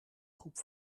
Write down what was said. groep